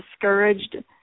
discouraged